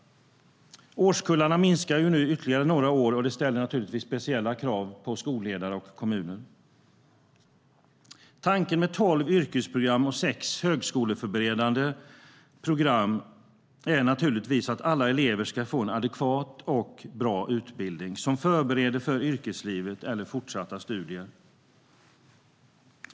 Årskullarna minskar nu ytterligare några år, och det ställer naturligtvis speciella krav på skolledare och kommuner. Tanken med tolv yrkesprogram och sex högskoleförberedande program är att alla elever ska få en adekvat och bra utbildning som förbereder för yrkeslivet eller fortsatta studier.